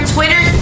Twitter